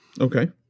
Okay